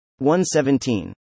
117